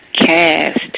cast